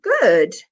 good